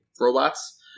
robots